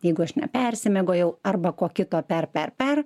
jeigu aš nepersimiegojeu arba ko kito per per per